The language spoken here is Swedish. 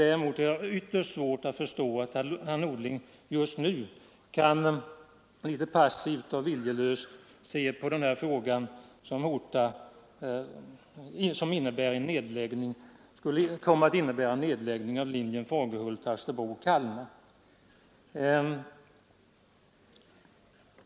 Däremot har jag ytterst svårt att förstå att herr Norling just nu kan litet passivt och viljelöst se på den här frågan som kommer att innebära nedläggning av linjen Fagerhult—Alsterbro—Kalmar.